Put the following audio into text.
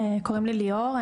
קוראים לי ליאור,